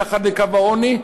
מתחת לקו העוני,